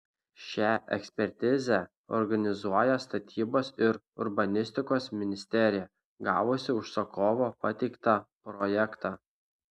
šią ekspertizę organizuoja statybos ir urbanistikos ministerija gavusi užsakovo pateiktą projektą